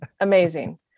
Amazing